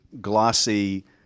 glossy